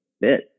bit